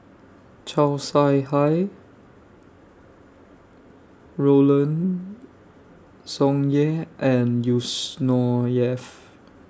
Chow Sau Hai Roland Tsung Yeh and Yusnor Ef